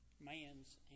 man's